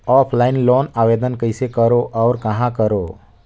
Offline loan आवेदन कइसे करो और कहाँ करो?